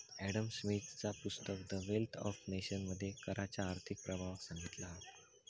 Adam स्मिथचा पुस्तक the wealth of nation मध्ये कराच्या आर्थिक प्रभावाक सांगितला हा